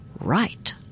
right